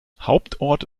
hauptort